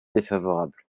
défavorable